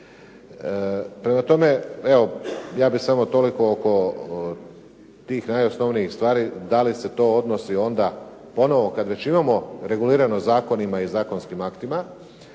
Prema tome, evo ja bih samo toliko oko tih najosnovnijih stvari, da li se to odnosi onda ponovo kad već imamo regulirano zakonima i zakonskim aktima,